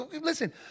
Listen